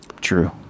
True